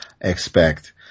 expect